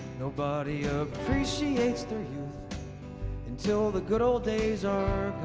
nobody appreciated their youth until the good old days are